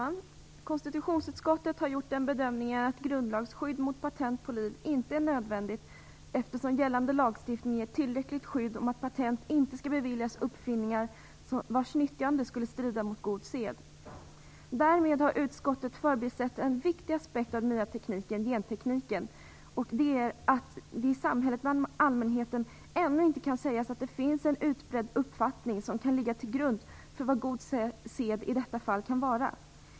Herr talman! Konstitutionsutskottet har gjort bedömningen att grundlagsskydd mot patent på liv inte är nödvändigt eftersom gällande lagstiftning ger tillräckligt skydd för att patent inte skall beviljas uppfinningar vilkas nyttjande skulle strida mot god sed. Därmed har utskottet förbisett en viktig aspekt av den nya gentekniken. Det kan ännu inte sägas att det i samhället bland allmänheten finns en utbredd uppfattning som kan ligga till grund för vad god sed i detta fall kan vara.